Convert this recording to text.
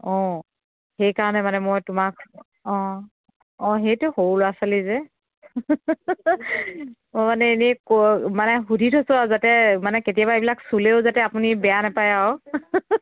অঁ সেইকাৰণে মানে মই তোমাক অঁ অঁ সেইটো সৰু ল'ৰা ছোৱালী যে অঁ মানে এনে কৈ মানে সুধি থৈছোঁ আৰু যাতে মানে কেতিয়াবা এইবিলাক চুলেও যাতে আপুনি বেয়া নাপায় আৰু